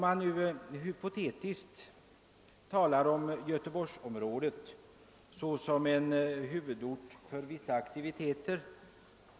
Låt oss hypotetiskt betrakta Göteborgsområdet såsom en huvudort för vissa aktiviteter!